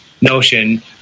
notion